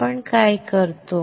आपण काय करतो